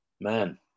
Man